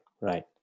right